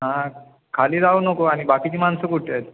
हां खाली जाऊ नको आणि बाकीची माणसं कुठे आहेत